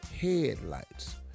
Headlights